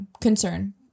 concern